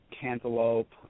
Cantaloupe